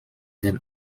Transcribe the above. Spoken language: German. dem